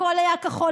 הכול היה כחול-לבן,